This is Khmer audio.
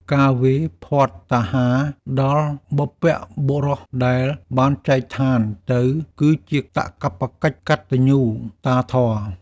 ការវេរភត្តាហារដល់បុព្វបុរសដែលបានចែកឋានទៅ គឺជាកាតព្វកិច្ចកតញ្ញូតាធម៌។